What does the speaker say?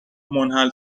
منحل